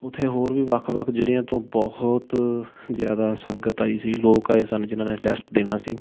ਉੱਥੇ ਹੋਰ ਵੀ ਵੱਖ ਵੱਖ ਜ਼ਿਲ੍ਹਿਆਂ ਤੋਂ ਬਹੁਤ ਜ਼ਿਆਦਾ ਸੰਗਤ ਆਈ ਸੀ ਲੋਕ ਆਏ ਸਨ ਜਿਨ੍ਹਾਂ ਨੇ ਟੈਸਟ ਦੇਣਾ ਸੀ